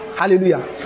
Hallelujah